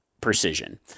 precision